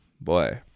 boy